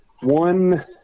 one